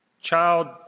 Child